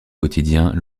quotidien